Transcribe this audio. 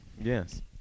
Yes